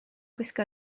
gwisgo